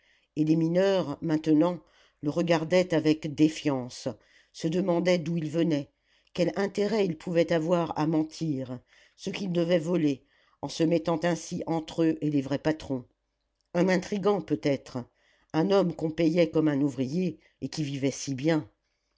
et les mineurs maintenant le regardaient avec défiance se demandaient d'où il venait quel intérêt il pouvait avoir à mentir ce qu'il devait voler en se mettant ainsi entre eux et les vrais patrons un intrigant peut-être un homme qu'on payait comme un ouvrier et qui vivait si bien